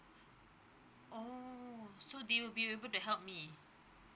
oh so they will be able to help me